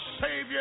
Savior